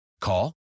Call